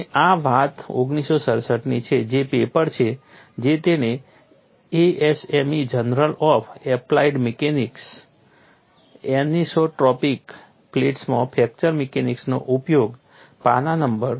અને આ વાત 1967 ની છે તે પેપર છે જે તેમણે ASME journal of applied mechanics anisotropic પ્લેટ્સમાં ફ્રેક્ચર મિકેનિક્સનો ઉપયોગ પાના નં